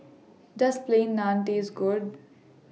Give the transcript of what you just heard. Does Plain Naan Taste Good